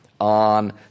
on